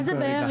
מה זה בערך?